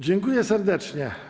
Dziękuję serdecznie.